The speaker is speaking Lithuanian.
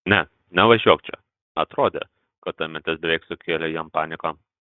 ne nevažiuok čia atrodė kad ta mintis beveik sukėlė jam paniką